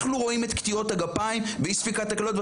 אנחנו רואים את קטיעות הגפיים ואי-ספיקת הכליות.